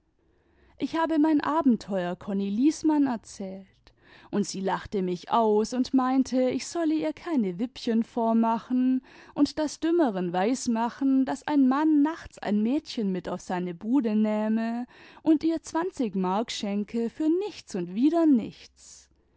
ich habe mein abenteuer konni liesmann erzählt und sie lachte mich aus und meinte ich solle ihr keine wippchen vormachen und das dümmeren weismachen daß ein mann nachts ein mädchen mit auf seine bude nähme imd ihr zwanzig mark schenke für nichts und wieder nichts